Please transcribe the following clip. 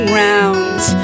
rounds